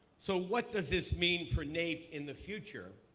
so what does this mean for naep in the future?